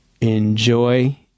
enjoy